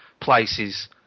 places